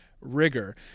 rigor